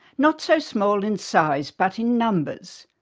not so small in size but in numbers,